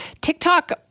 TikTok